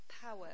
power